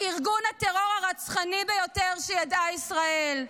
ארגון הטרור הרצחני ביותר שידעה ישראל.